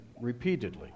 repeatedly